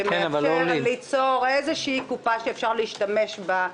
שמאפשר לייצר איזושהי קופה שניתן להשתמש בה,